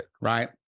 right